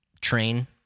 train